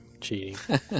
cheating